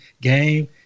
game